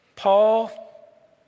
Paul